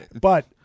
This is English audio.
but-